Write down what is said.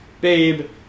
Babe